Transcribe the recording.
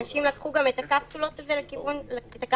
אנשים לקחו גם את הקפסולות האלה לכיוון --- גברתי,